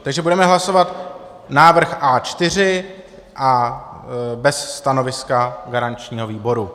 Takže budeme hlasovat návrh A4 bez stanoviska garančního výboru.